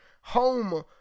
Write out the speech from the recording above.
home